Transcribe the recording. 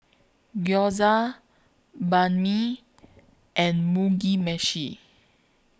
Gyoza Banh MI and Mugi Meshi